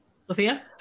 Sophia